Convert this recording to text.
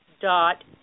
dot